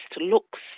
looks